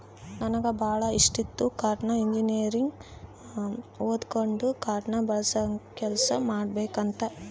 ನನಗೆ ಬಾಳ ಇಷ್ಟಿತ್ತು ಕಾಡ್ನ ಇಂಜಿನಿಯರಿಂಗ್ ಓದಕಂಡು ಕಾಡ್ನ ಬೆಳಸ ಕೆಲ್ಸ ಮಾಡಬಕಂತ